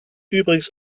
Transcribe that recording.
übrigens